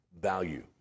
value